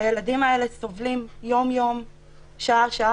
הילדים האלה סובלים יום-יום, שעה-שעה,